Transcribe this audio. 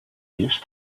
used